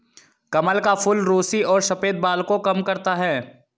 कमल का फूल रुसी और सफ़ेद बाल को कम करता है